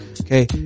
Okay